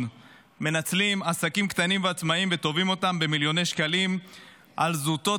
מנצלים עסקים קטנים ועצמאים ותובעים אותם במיליוני שקלים על זוטות,